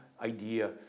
idea